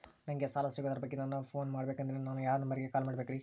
ನಂಗೆ ಸಾಲ ಸಿಗೋದರ ಬಗ್ಗೆ ನನ್ನ ಪೋನ್ ಮಾಡಬೇಕಂದರೆ ಯಾವ ನಂಬರಿಗೆ ಕಾಲ್ ಮಾಡಬೇಕ್ರಿ?